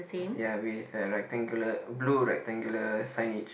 ya with a rectangular blue rectangular signage